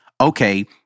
Okay